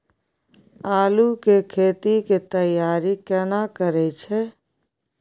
आलू के खेती के तैयारी केना करै छै?